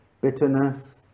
bitterness